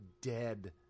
dead